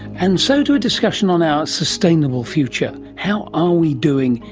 and so to a discussion on our sustainable future how are we doing,